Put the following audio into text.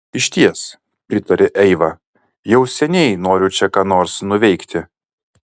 išties pritarė eiva jau seniai noriu čia ką nors nuveikti